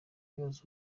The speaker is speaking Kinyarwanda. ibibazo